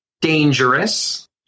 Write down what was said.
dangerous